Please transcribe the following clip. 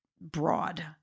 broad